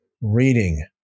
reading